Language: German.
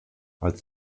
als